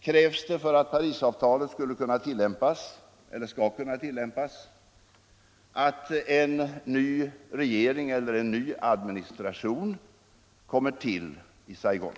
krävs det för att Parisavtalet skall kunna tillämpas att en ny regering eller en ny administration kommer till i Saigon.